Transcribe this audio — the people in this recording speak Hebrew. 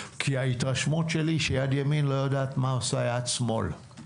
כי ההתרשמות שלי היא שיד ימין לא יודעת מה עושה יד שמאל.